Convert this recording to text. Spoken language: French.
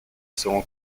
selon